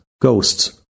Ghosts